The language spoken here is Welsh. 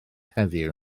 heddiw